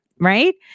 right